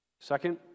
Second